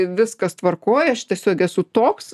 viskas tvarkoj aš tiesiog esu toks